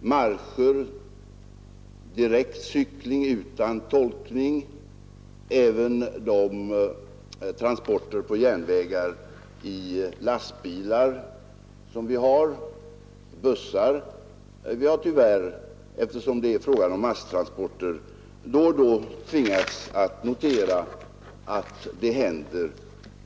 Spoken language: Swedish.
Vid marscher, direkt cykling utan tolkning och även vid transporter på järnvägar, med lastbilar och bussar, har vi tyvärr, eftersom det är fråga om masstransporter, då och då tvingats notera att det händer